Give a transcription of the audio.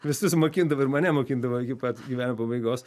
visus mokindavo ir mane mokindavo iki pat gyvenimo pabaigos